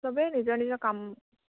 চবেই নিজৰ নিজৰ কাম